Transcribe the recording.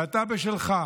ואתה בשלך,